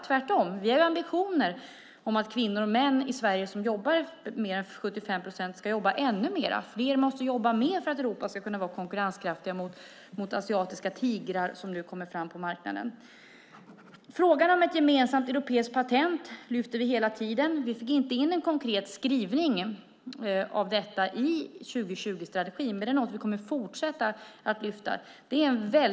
Tvärtom har vi ambitioner att kvinnor och män i Sverige som jobbar mer än 75 procent ska jobba ännu mer. Fler måste jobba mer för att Europa ska kunna vara konkurrenskraftigt mot asiatiska tigrar som nu kommer fram på marknaden. Vi lyfter hela tiden fram frågan om ett gemensamt europeiskt patent. Vi fick inte en konkret skrivning om detta i 2020-strategin, men det är något vi kommer att fortsätta att lyfta fram.